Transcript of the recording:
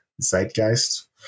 zeitgeist